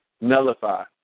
nullify